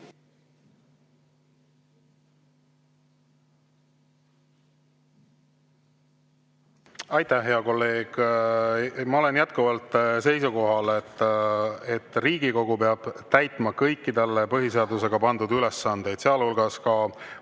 Aitäh, hea kolleeg! Ma olen jätkuvalt seisukohal, et Riigikogu peab täitma kõiki talle põhiseadusega pandud ülesandeid, sealhulgas